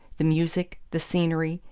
the music, the scenery,